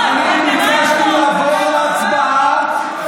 אני ביקשתי לעבור להצבעה.